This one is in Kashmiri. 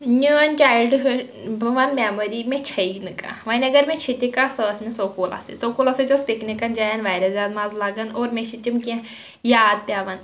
میٛٲنۍ چایِلڈٕہُڈ بہٕ وَنہٕ مٮ۪مَری مےٚ چھےٚ یی نہٕ کانٛہہ وۄنۍ اگر مےٚ چھِ تہِ کانٛہہ سۄ ٲس مےٚ سکولَس سۭتۍ سکوٗلَس سۭتۍ اوس پِکنِکَن جایَن واریاہ زیادٕ مَزٕ لگان اور مےٚ چھِ تِم کیٚنٛہہ یاد پٮ۪وان